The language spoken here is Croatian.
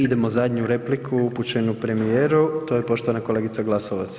I idemo na zadnju repliku upućenu premijeru, to je poštovana kolegica Glasovac.